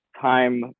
Time